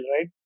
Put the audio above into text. Right